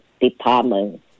department